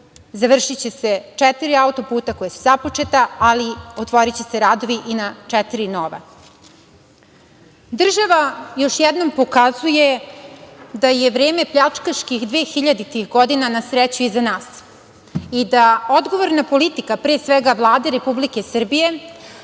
završiće se četiri auto-puta koja su započeta, ali otvoriće se radovi i na četiri nova. Država još jednom pokazuje da je vreme pljačkaških i 2000-ih godina na sreću iza nas i da je odgovorna politika, pre svega Vlade Republike Srbije,